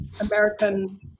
american